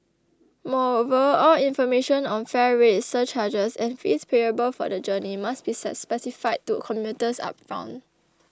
moreover all information on fare rates surcharges and fees payable for the journey must be specified to commuters upfront